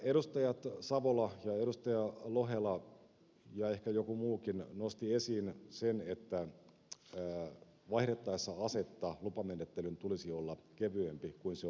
edustajat savola ja lohela ja ehkä joku muukin nostivat esiin sen että vaihdettaessa asetta lupamenettelyn tulisi olla kevyempi kuin se on nykyään